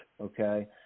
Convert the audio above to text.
Okay